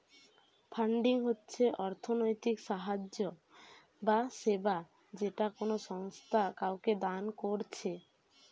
funding হচ্ছে অর্থনৈতিক সাহায্য বা সেবা যেটা কোনো সংস্থা কাওকে দান কোরছে